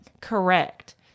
correct